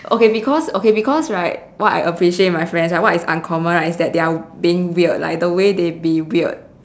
okay because okay because right what I appreciate my friends right what is uncommon right is that they are being weird like the way they be weird